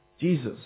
Jesus